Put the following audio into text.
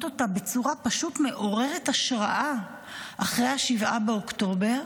בצורה פשוט מעוררת השראה אחרי 7 באוקטובר,